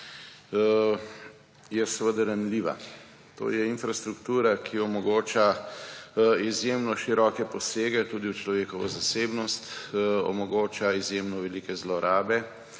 je seveda ranljiva. To je infrastruktura, ki omogoča izjemno široke posege tudi v človekovo zasebnost, omogoča izjemno velike zlorabe;